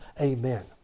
Amen